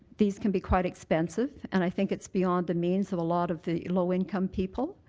these can be quite expensive. and i think it's beyond the means of a lot of the low-income people.